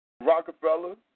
Rockefeller